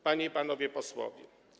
Panie i Panowie Posłowie!